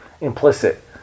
implicit